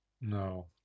No